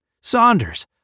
Saunders